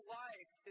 life